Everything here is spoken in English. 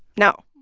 no.